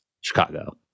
Chicago